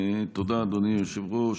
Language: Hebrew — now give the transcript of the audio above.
תודה, אדוני היושב-ראש.